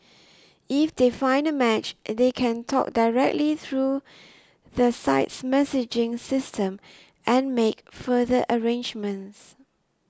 if they find a match they can talk directly through the site's messaging system and make further arrangements